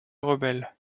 rebelles